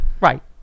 Right